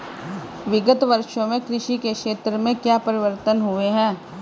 विगत वर्षों में कृषि के क्षेत्र में क्या परिवर्तन हुए हैं?